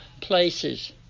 places